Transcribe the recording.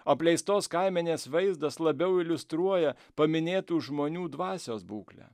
apleistos kaimenės vaizdas labiau iliustruoja paminėtų žmonių dvasios būklę